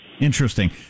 Interesting